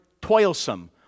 toilsome